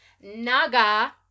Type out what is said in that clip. Naga